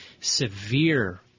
severe